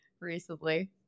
recently